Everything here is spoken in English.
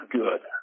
good